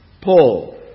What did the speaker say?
Paul